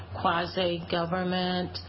quasi-government